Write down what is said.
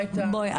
בואי,